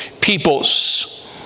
peoples